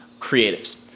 creatives